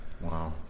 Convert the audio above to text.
Wow